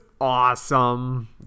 awesome